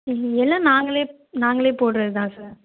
இது எல்லாம் நாங்களே நாங்களே போடுறது தான் சார்